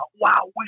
wow